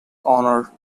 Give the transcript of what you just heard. honour